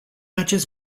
acest